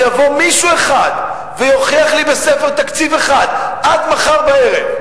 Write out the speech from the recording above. שיבוא מישהו אחד ויוכיח לי בספר תקציב אחד עד מחר בערב,